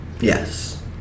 yes